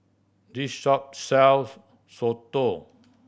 this shop sells soto